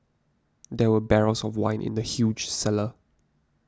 there were barrels of wine in the huge cellar